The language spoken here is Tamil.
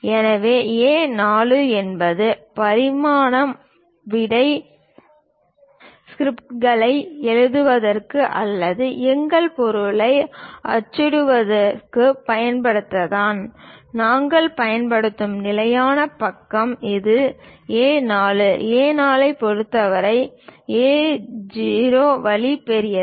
எனவே A4 என்பது பாரம்பரியமாக விடை ஸ்கிரிப்ட்களை எழுதுவதற்கு அல்லது எங்கள் பொருளை அச்சிடுவதற்குப் பயன்படுத்தும் தாள் நாங்கள் பயன்படுத்தும் நிலையான பக்கம் இது A4 A4 ஐப் பொறுத்தவரை A0 வழி பெரியது